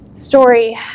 story